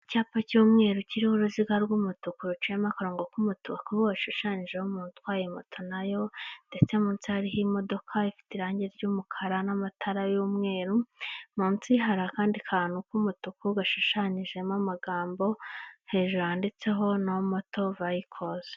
Icyapa cy'umweru kiriho uruziga rw'umutuku ruciyemo akarongo k'umutuku hashushanyijeho umuntu utwaye moto nayo ndetse munsi hariho imodoka ifite irange ry'umukara n'amatara y'umweru, munsi hari akandi kantu k'umutuku gashushanyijemo amagambo hejuru handitseho no moto veyikozi.